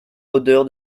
odeur